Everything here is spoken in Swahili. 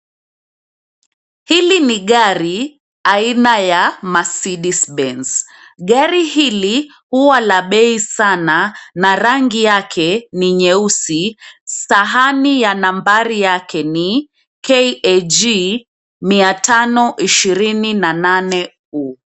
Hili ni gari aina ya Mercedes Benz. Gari hili huwa la bei sana na rangi yake ni nyeusi. Sahani ya nambari yake ni KAG 528U.